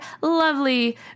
lovely